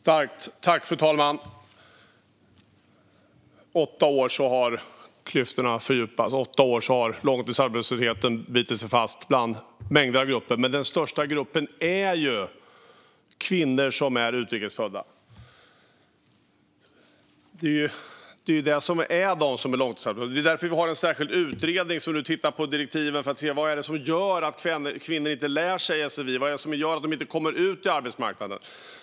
Fru talman! Under åtta år har klyftorna fördjupats, och under åtta år har långtidsarbetslösheten bitit sig fast bland mängder av grupper. Men den största gruppen är utrikes födda kvinnor. Det är de som är långtidsarbetslösa. Därför finns en särskild utredning som enligt direktiven tittar på vad det är som gör att kvinnor inte lär sig på sfi eller kommer ut på arbetsmarknaden.